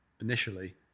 initially